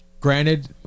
Granted